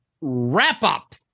Wrap-Up